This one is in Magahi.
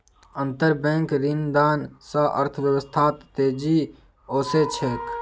अंतरबैंक ऋणदान स अर्थव्यवस्थात तेजी ओसे छेक